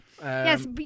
Yes